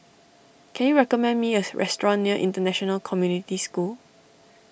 can you recommend me a restaurant near International Community School